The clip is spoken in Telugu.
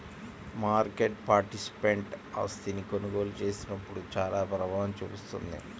మార్కెట్ పార్టిసిపెంట్ ఆస్తిని కొనుగోలు చేసినప్పుడు చానా ప్రభావం చూపిస్తుంది